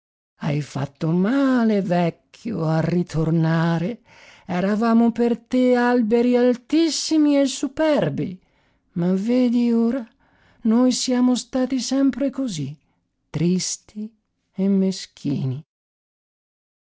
hai fatto male vecchio a ritornare eravamo per te alberi altissimi e superbi ma vedi ora noi siamo stati sempre così tristi e meschini